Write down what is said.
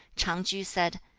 ch'ang-tsu said,